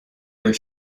their